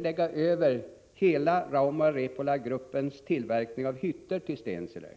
lägga över hela Rauma Repola-gruppens tillverkning av hytter till Stensele,